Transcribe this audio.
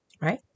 right